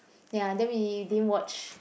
ya then we didn't watch